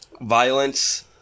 Violence